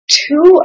two